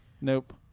Nope